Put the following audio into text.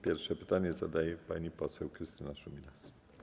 Pierwsze pytanie zadaje pani poseł Krystyna Szumilas.